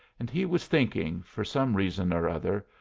and he was thinking, for some reason or other,